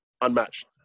unmatched